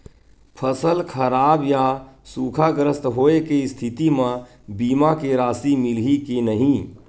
फसल खराब या सूखाग्रस्त होय के स्थिति म बीमा के राशि मिलही के नही?